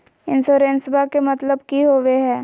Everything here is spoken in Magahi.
इंसोरेंसेबा के मतलब की होवे है?